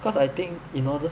because I think in order